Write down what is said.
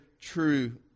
true